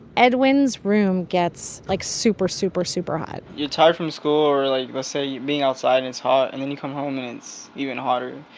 edwin's room gets, like, super, super, super hot you're tired from school or, like, let's say, being outside, and it's hot. and then you come home, and it's even hotter.